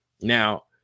Now